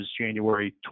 January